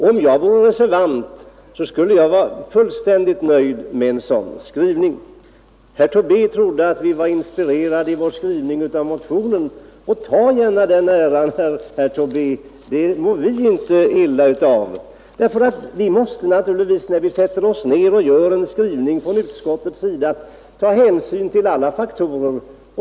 Om jag vore reservant skulle jag vara fullt nöjd med en sådan skrivning. Herr Tobé trodde att vår skrivning var inspirerad av motionen. Ta gärna den äran, herr Tobé, det mår inte vi illa av. När vi inom utskottet sätter oss ned och gör en skrivning måste vi ta hänsyn till alla faktorer.